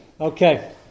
Okay